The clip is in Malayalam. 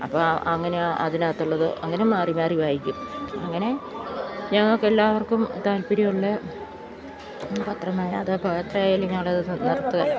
അപ്പോള് അങ്ങനെ അതിനകത്തുള്ളത് അങ്ങനെ മാറി മാറി വായിക്കും അങ്ങനെ ഞങ്ങള്ക്കെല്ലാവർക്കും താല്പര്യമുള്ള പത്രമാണ് അതൊക്കെ എത്രയായാലും ഞങ്ങളത് നിര്ത്തുകയില്ല